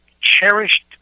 cherished